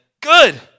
Good